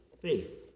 faith